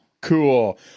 Cool